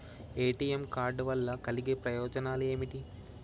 ATM card వల్ల కలిగే ప్రయోజనాలు ఏమిటి?